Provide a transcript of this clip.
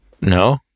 No